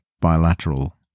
bilateral